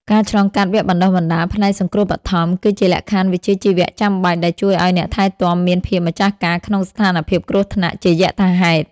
ការឆ្លងកាត់វគ្គបណ្តុះបណ្តាលផ្នែកសង្គ្រោះបឋម គឺជាលក្ខខណ្ឌវិជ្ជាជីវៈចាំបាច់ ដែលជួយឱ្យអ្នកថែទាំមានភាពម្ចាស់ការក្នុងស្ថានភាពគ្រោះថ្នាក់ជាយថាហេតុ។